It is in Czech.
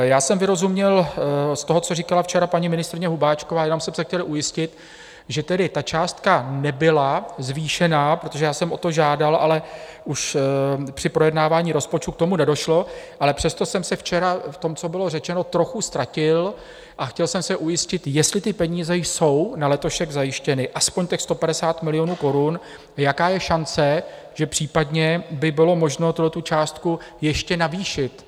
Já jsem vyrozuměl z toho, co říkala včera paní ministryně Hubáčková, jenom jsem se chtěl ujistit, že tedy ta částka nebyla zvýšena protože jsem o to žádal, ale už při projednávání rozpočtu k tomu nedošlo, ale přesto jsem se včera v tom, co bylo řečeno, trochu ztratil a chtěl jsem se ujistit, jestli ty peníze jsou na letošek zajištěny, aspoň těch 150 milionů korun, jaká je šance, že případně by bylo možno tuhle částku ještě navýšit.